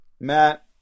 Matt